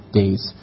days